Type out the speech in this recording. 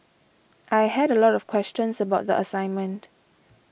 I had a lot of questions about the assignment